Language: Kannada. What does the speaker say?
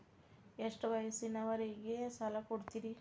ಎಷ್ಟ ವಯಸ್ಸಿನವರಿಗೆ ಸಾಲ ಕೊಡ್ತಿರಿ?